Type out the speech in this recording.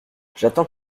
j’attends